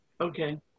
Okay